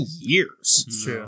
years